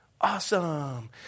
Awesome